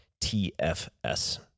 tfs